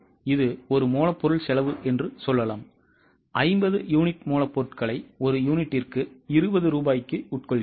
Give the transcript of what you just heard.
இது ஒரு மூலப்பொருள் செலவு என்று சொல்லலாம் 50 யூனிட் மூலப்பொருட்களை ஒரு யூனிட்டுக்கு 20 ரூபாய்க்கு உட்கொள்கிறோம்